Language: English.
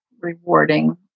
rewarding